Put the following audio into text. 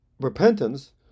repentance